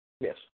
Yes